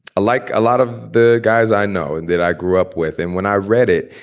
like a lot of the guys i know and that i grew up with. and when i read it,